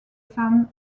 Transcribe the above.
san